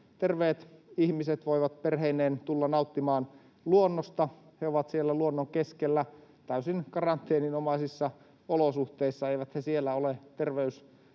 terveet ihmiset voivat perheineen tulla nauttimaan luonnosta. He ovat siellä luonnon keskellä täysin karanteeninomaisissa olosuhteissa. Eivät he siellä ole